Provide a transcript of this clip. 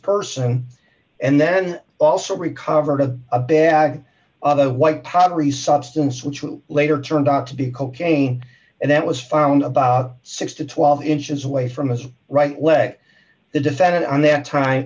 person and then also busy recovered of a bag other white powdery substance which was later turned out to be cocaine and that was found about six to twelve inches away from his right leg the defendant on that time